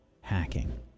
hacking